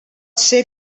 ser